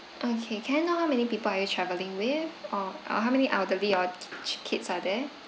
okay can I know how many people are you travelling with or uh how many elderly or c~ kids are there